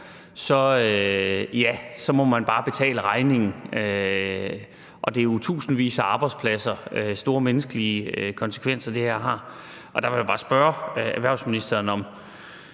må man bare betale regningen, og det er jo tusindvis af arbejdspladser og store menneskelige konsekvenser, det her har. Der vil jeg bare spørge erhvervsministeren, om